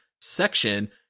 section